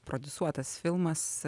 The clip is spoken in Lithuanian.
prodiusuotas filmas